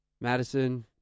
madison